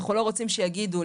אנחנו לא רוצים שיגידו,